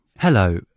Hello